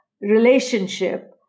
relationship